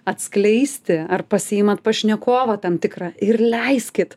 atskleisti ar pasiimat pašnekovą tam tikrą ir leiskit